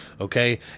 okay